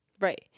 Right